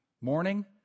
morning